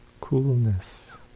coolness